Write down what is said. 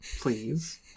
Please